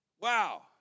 Wow